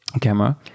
camera